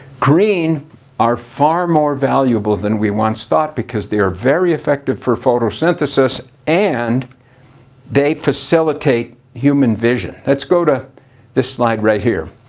green are far more valuable than we once thought because they are very effective for photosynthesis and they facilitate human vision. let's go to this slide right here.